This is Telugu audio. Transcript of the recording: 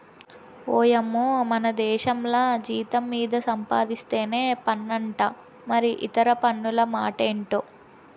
ఓయమ్మో మనదేశంల జీతం మీద సంపాధిస్తేనే పన్నంట మరి ఇతర పన్నుల మాటెంటో